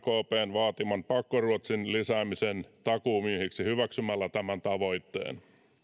rkpn vaatiman pakkoruotsin lisäämisen takuumiehiksi hyväksymällä tämän tavoitteen